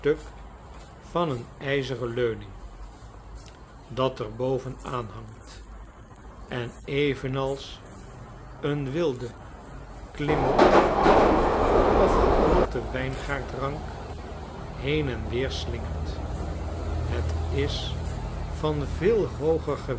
van een yzeren leuning dat er boven aan hangt en evenals een wilde klimoptak of geknotte wijngaardrank heen en weer slingert het is van veel hooger